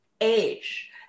age